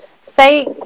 say